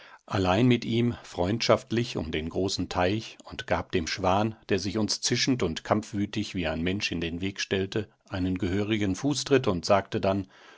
allein mit ihm freundschaftlich um den großen teich und gab dem schwan der sich uns zischend und kampfwütig wie ein mensch in den weg stellte einen gehörigen fußtritt und sagte dann